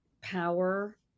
power